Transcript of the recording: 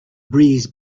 breeze